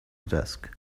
desk